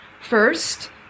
first